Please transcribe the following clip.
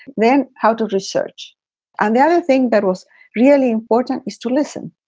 then how to just search. and the other thing that was really important is to listen,